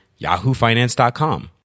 yahoofinance.com